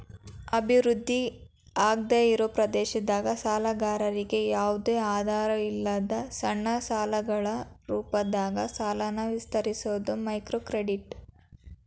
ಅಭಿವೃದ್ಧಿ ಆಗ್ದಾಇರೋ ಪ್ರದೇಶದಾಗ ಸಾಲಗಾರರಿಗಿ ಯಾವ್ದು ಆಧಾರಿಲ್ಲದ ಸಣ್ಣ ಸಾಲಗಳ ರೂಪದಾಗ ಸಾಲನ ವಿಸ್ತರಿಸೋದ ಮೈಕ್ರೋಕ್ರೆಡಿಟ್